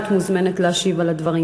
את מוזמנת להשיב על הדברים.